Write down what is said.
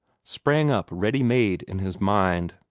sprang up ready-made in his mind.